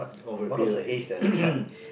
what was her age at the time